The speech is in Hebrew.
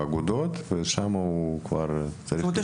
ושם הוא כבר --- זאת אומרת,